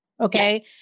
Okay